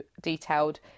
detailed